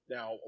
Now